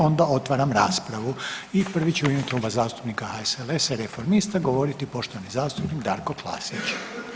Onda otvaram raspravu i prvi će u ime kluba zastupnika HSLS-a i Reformista govoriti poštovani zastupnik Darko Klasić.